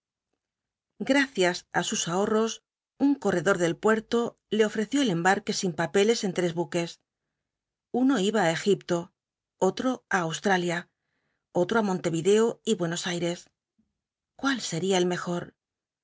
gracias á sus ahorros un corredor del puerto le ofreció el embarque sin papeles en tres buques uno iba á egipto otro á australia otro á montevideo y buenos aires cuál le parecía mejor